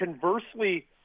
conversely